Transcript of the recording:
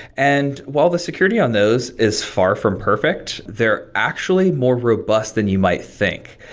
and while the security on those is far from perfect, they're actually more robust than you might think.